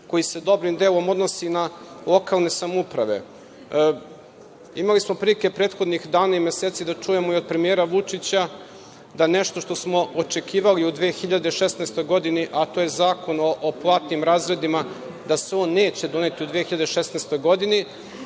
koji se dobrim delom odnosi na lokalne samouprave. Imali smo prilike prethodnih dana i meseci da čujemo i od premijera Vučića da, nešto što smo očekivali u 2016. godini, a to je Zakon o platnim razredima, da se on neće doneti u 2016. godini.